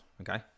Okay